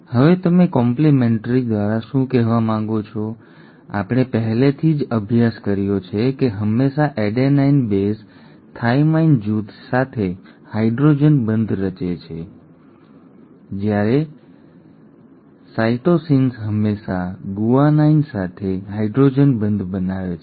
હવે તમે કોમ્પ્લિમેન્ટરી દ્વારા શું કહેવા માગો છો અમે પહેલેથી જ અભ્યાસ કર્યો છે કે હંમેશાં એડેનાઇન બેઝ થાઇમાઇન જૂથ સાથે હાઇડ્રોજન બંધ રચે છે જ્યારે સાઇટોસિન્સ હંમેશા ગુઆનાઇન સાથે હાઇડ્રોજન બંધ બનાવે છે